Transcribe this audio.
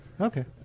Okay